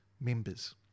members